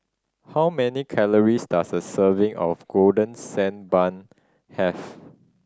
how many calories does a serving of Golden Sand Bun have